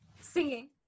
singing